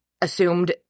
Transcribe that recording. assumed